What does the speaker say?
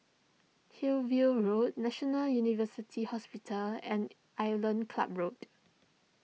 Hillview Road National University Hospital and Island Club Road